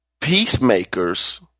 peacemakers